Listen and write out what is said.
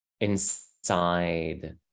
inside